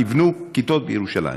תבנו כיתות בירושלים.